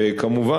וכמובן,